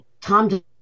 tom